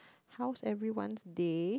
how's everyone's day